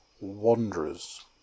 Wanderers